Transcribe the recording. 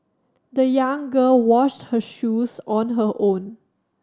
the young girl washed her shoes on her own